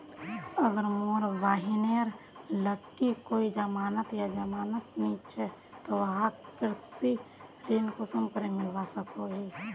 अगर मोर बहिनेर लिकी कोई जमानत या जमानत नि छे ते वाहक कृषि ऋण कुंसम करे मिलवा सको हो?